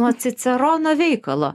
nuo cicerono veikalo